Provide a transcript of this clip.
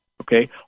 Okay